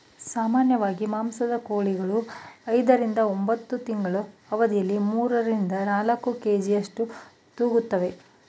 ಸಾಮಾನ್ಯವಾಗಿ ಮಾಂಸದ ಕೋಳಿಗಳು ಐದರಿಂದ ಒಂಬತ್ತು ತಿಂಗಳ ಅವಧಿಯಲ್ಲಿ ಮೂರರಿಂದ ನಾಲ್ಕು ಕೆ.ಜಿಯಷ್ಟು ತೂಗುತ್ತುವೆ